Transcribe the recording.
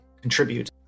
contribute